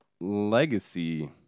Legacy